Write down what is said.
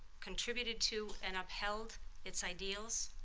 contributed to and upheld its ideals,